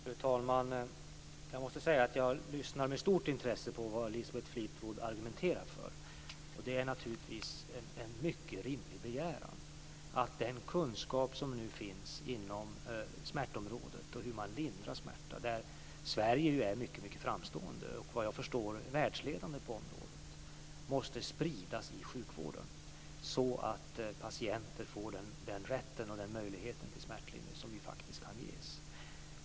Fru talman! Jag måste säga att jag lyssnar med stort intresse på vad Elisabeth Fleetwood argumenterar för. Det är naturligtvis en mycket rimlig begäran att den kunskap som nu finns inom smärtområdet och om hur man lindrar smärta, där Sverige är mycket framstående och vad jag förstår världsledande på området, sprids i sjukvården så att patienter får den rätt och den möjlighet till smärtlindring som faktiskt kan ges.